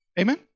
Amen